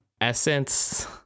essence